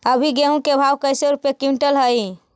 अभी गेहूं के भाव कैसे रूपये क्विंटल हई?